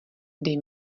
dej